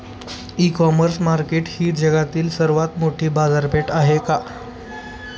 इ commerce market ही जगातील सर्वात मोठी बाजारपेठ आहे का?